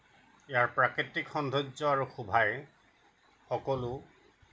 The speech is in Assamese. ইয়াৰ প্ৰাকৃতিক সৌৰ্ন্দয্য আৰু শোভাই সকলো